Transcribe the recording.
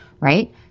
right